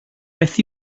beth